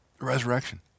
resurrection